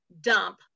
dump